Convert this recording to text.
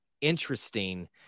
interesting –